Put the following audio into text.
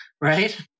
right